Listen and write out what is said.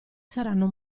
saranno